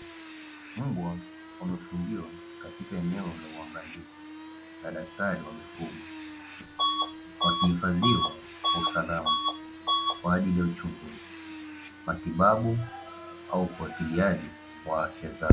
Mbwa wamefungiwa katika eneo la uangalizi la daktari wa mifugo, wakihifadhiwa kwa usalama kwa ajili ya uchunguzi, matibabu au ufatiliaji wa afya zao.